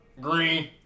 Green